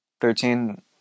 Thirteen